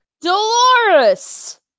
Dolores